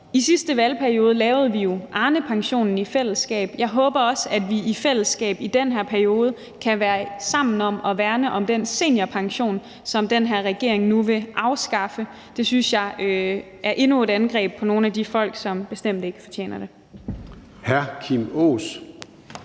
I sidste valgperiode lavede vi jo Arnepensionen i fællesskab. Jeg håber også, at vi i fællesskab i den her periode kan være sammen om at værne om den seniorpension, som den her regering nu vil afskaffe. Det synes jeg er endnu et angreb på nogle af de folk, som bestemt ikke fortjener det.